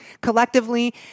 collectively